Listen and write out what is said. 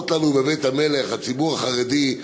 אחות לנו בבית המלך, הציבור החרדי,